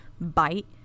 bite